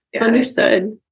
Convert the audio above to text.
Understood